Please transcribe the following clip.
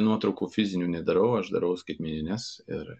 nuotraukų fizinių nedarau aš darau skaitmenines ir